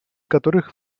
которых